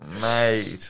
Mate